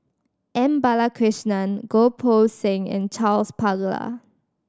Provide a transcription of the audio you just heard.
M Balakrishnan Goh Poh Seng and Charles Paglar